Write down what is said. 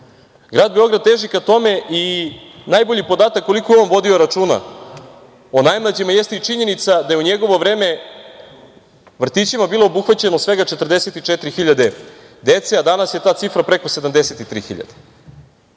Grad Beograd teži ka tome i najbolji podatak koliko je on vodio računa o najmlađima jeste i činjenica da je u njegovo vreme vrtićima bilo obuhvaćeno svega 44.000 dece, a danas je ta cifra preko 73.000.